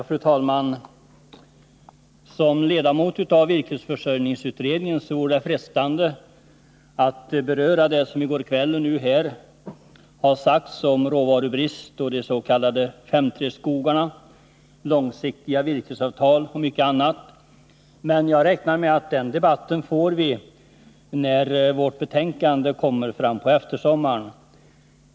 Fru talman! Som ledamot av virkesförsörjningsutredningen är det frestande för mig att beröra något av det som sagts dels i debatten i går kväll, dels i debatten nu om råvarubristen, om de s.k. §5:3-skogarna, om långsiktiga virkesavtal och mycket annat. Jag räknar emellertid med att vi får anledning att ta upp den debatten när betänkandet från utredningen läggs fram på sensommaren.